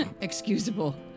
excusable